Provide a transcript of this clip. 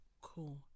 Cool